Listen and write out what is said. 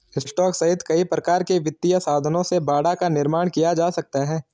stock सहित कई प्रकार के वित्तीय साधनों से बाड़ा का निर्माण किया जा सकता है